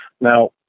Now